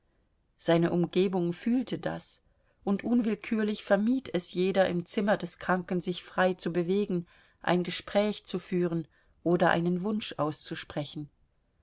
seine umgebung fühlte das und unwillkürlich vermied es jeder im zimmer des kranken sich frei zu bewegen ein gespräch zu führen oder einen wunsch auszusprechen